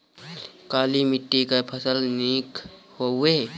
काली मिट्टी क फसल नीक होई?